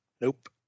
Nope